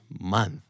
month